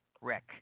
Rick